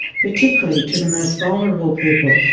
particularly to the most vulnerable people,